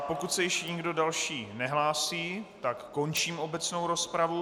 Pokud se již nikdo další nehlásí, tak končím obecnou rozpravu.